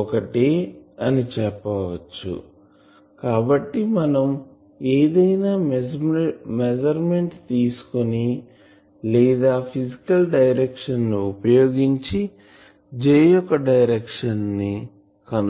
ఒకటే అనిచెప్పవచ్చు కాబట్టి మనము ఏదైనా మెస్సుర్మెంట్ తీసుకోని లేదా ఫిసికల్ డైరెక్షన్ ను వుపయోగించి J యొక్క డైరెక్షన్ కనుక్కోవాలి